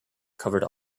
covered